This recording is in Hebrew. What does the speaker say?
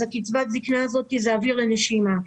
קצבת הזקנה הזאת היא אוויר לנשימה עבורן.